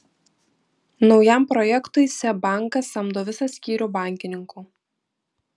naujam projektui seb bankas samdo visą skyrių bankininkų